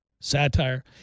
satire